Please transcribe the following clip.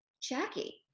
Jackie